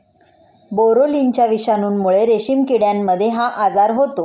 बोरोलिनाच्या विषाणूमुळे रेशीम किड्यांमध्ये हा आजार होतो